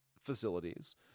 facilities